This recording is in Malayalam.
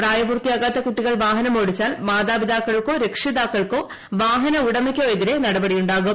പ്രായപൂർത്തിയാകാത്ത കുട്ടികൾ വാഹനം ഓടിച്ചാൽ മാതാപിതാക്കൾക്കോ രക്ഷിതാക്കൾക്കോ വാഹന ഉടമയ്ക്കോ എതിരെ നടപടിയുണ്ടാവും